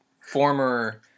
former